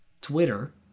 Twitter